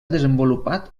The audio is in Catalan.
desenvolupat